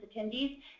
attendees